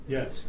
Yes